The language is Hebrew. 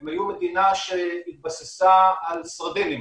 הם היו מדינה שהתבססה על סרדינים